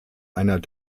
einer